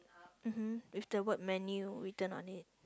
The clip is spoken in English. mmhmm with the word menu written on it